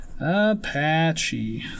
Apache